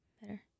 better